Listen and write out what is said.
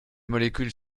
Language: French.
molécules